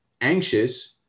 anxious